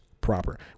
proper